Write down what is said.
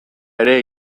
ere